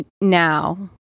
Now